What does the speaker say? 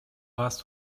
warst